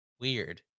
weird